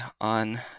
on